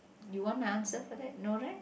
you want my answer for that no right